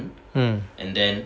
mm